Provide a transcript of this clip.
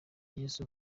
yesu